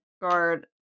guard